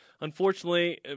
Unfortunately